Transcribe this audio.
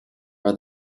are